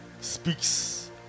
speaks